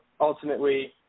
ultimately